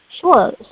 Sure